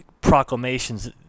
proclamations –